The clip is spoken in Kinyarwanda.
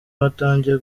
batangiye